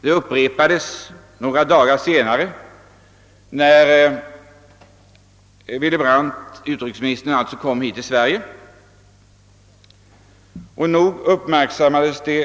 Det upprepades några dagar senare när utrikesministern Willy Brandt kom hit till Sverige, och nog uppmärksammades det.